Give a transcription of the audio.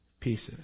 pieces